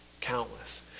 Countless